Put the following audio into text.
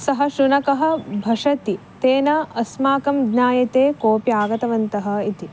सः शुनकः भषति तेन अस्माकं ज्ञायते कोपि आगतवन्तः इति